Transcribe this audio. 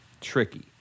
tricky